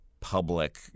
public